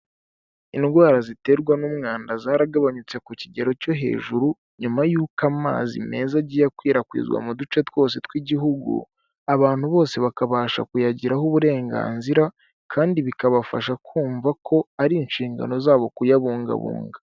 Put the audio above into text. Indwara ziterwa n'umwanda zaragabanyutse ku kigero cyo hejuru; nyuma y'uko amazi meza agiye akwirakwizwa mu duce twose tw'igihugu; abantu bose bakabasha kuyagiraho uburenganzira; kandi bikabafasha kumva ko ari inshingano zabo kuyabungabunga.